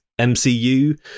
MCU